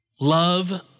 Love